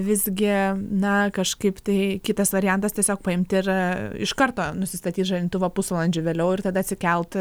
visgi na kažkaip tai kitas variantas tiesiog paimti ir iš karto nusistatyt žadintuvą pusvalandžiu vėliau ir tada atsikelt